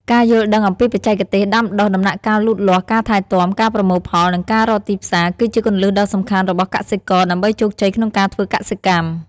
ការយល់ដឹងអំពីបច្ចេកទេសដាំដុះ ដំណាក់កាលលូតលាស់ ការថែទាំ ការប្រមូលផល និងការរកទីផ្សារ គឺជាគន្លឹះដ៏សំខាន់របស់កសិករ ដើម្បីជោគជ័យក្នុងការធ្វើកសិកម្ម។